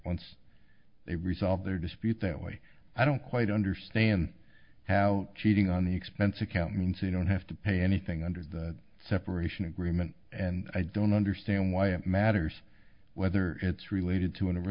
once they resolve their dispute that way i don't quite understand how cheating on the expense account means they don't have to pay anything under the separation agreement and i don't understand why it matters whether it's related to a